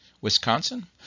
Wisconsin